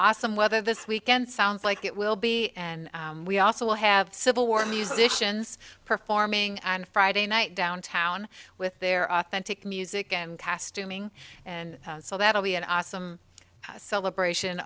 awesome weather this weekend sounds like it will be and we also have civil war musicians performing on friday night downtown with their authentic music and pass doing and so that will be an awesome celebration